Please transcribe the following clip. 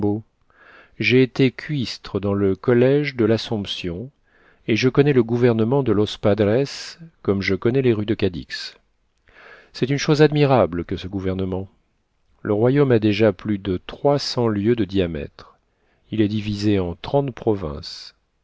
j'ai été cuistre dans le collège de l'assomption et je connais le gouvernement de los padres comme je connais les rues de cadix c'est une chose admirable que ce gouvernement le royaume a déjà plus de trois cents lieues de diamètre il est divisé en trente provinces